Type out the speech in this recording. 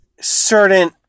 certain